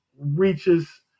reaches